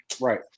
right